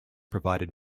provided